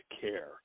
care